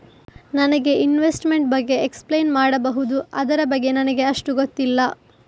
ನನಗೆ ಇನ್ವೆಸ್ಟ್ಮೆಂಟ್ ಬಗ್ಗೆ ಎಕ್ಸ್ಪ್ಲೈನ್ ಮಾಡಬಹುದು, ಅದರ ಬಗ್ಗೆ ನನಗೆ ಅಷ್ಟು ಗೊತ್ತಿಲ್ಲ?